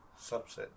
subset